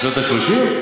בשנות ה-30?